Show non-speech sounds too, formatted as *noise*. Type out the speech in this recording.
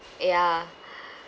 ya *breath*